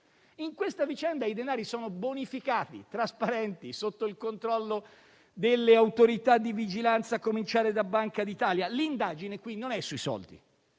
in questa vicenda i denari sono bonificati, trasparenti, sotto il controllo delle autorità di vigilanza, a cominciare da Banca d'Italia. L'indagine qui non è sui soldi.